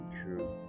true